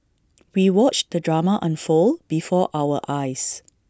we watched the drama unfold before our eyes